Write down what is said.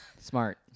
Smart